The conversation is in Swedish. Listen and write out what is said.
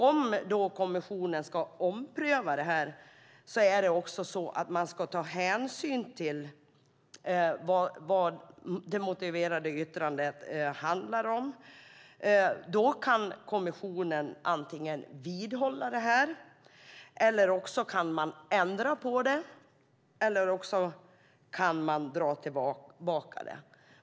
Om då kommissionen ska ompröva det här ska man också ta hänsyn till vad det motiverade yttrandet handlar om. Då kan kommissionen antingen vidhålla förslaget, ändra på det eller också kan man dra tillbaka det.